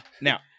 Now